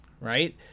right